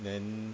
then